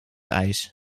ijs